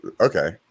okay